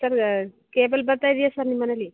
sir cable ಬರ್ತಾ ಇದೆಯಾ sir ನಿಮ್ಮ ಮನೇಲಿ